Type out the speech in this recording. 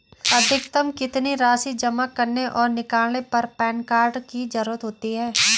अधिकतम कितनी राशि जमा करने और निकालने पर पैन कार्ड की ज़रूरत होती है?